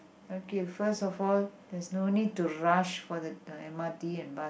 okay first of all there's no need to rush for the m_r_t and bus